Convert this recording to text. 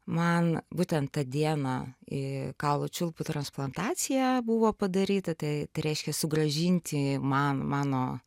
man būtent tą dieną kaulų čiulpų transplantacija buvo padaryta tai tai reiškia sugrąžinti man mano